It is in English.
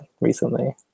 recently